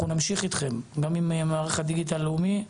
אנחנו נמשיך אתכם ממערך הדיגיטל הלאומי.